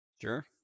Sure